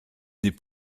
des